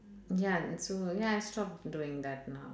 ya and so ya I stopped doing that now